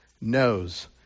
knows